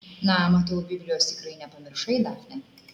na matau biblijos tikrai nepamiršai dafne